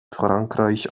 frankreich